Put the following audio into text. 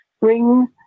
bring